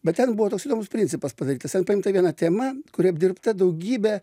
bet ten buvo toks įdomus principas padarytas ten paimta viena tema kuri apdirbta daugybę